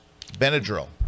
Benadryl